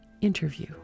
interview